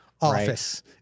office